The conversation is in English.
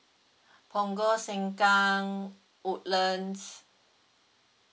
punggol senkang woodlands